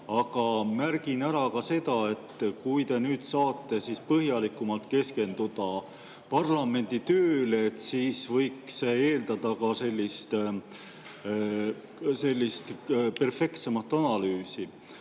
aga märgin ära ka seda, et kui te nüüd saate põhjalikumalt keskenduda parlamendi tööle, siis võiks eeldada ka perfektsemat analüüsi.